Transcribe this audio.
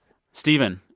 stephen,